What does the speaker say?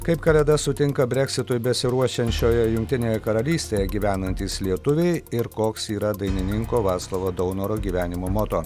kaip kalėdas sutinka brexitui besiruošiančioje jungtinėje karalystėje gyvenantys lietuviai ir koks yra dainininko vaclovo daunoro gyvenimo moto